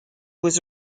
was